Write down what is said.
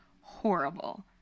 horrible